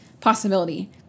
possibility